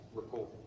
report